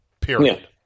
period